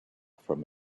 from